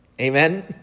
Amen